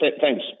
thanks